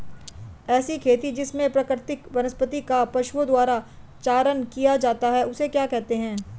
ऐसी खेती जिसमें प्राकृतिक वनस्पति का पशुओं द्वारा चारण किया जाता है उसे क्या कहते हैं?